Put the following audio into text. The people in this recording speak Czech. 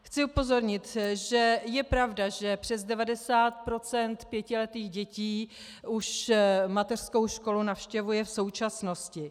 Chci upozornit, že je pravda, že přes 90 % pětiletých dětí už mateřskou školu navštěvuje v současnosti.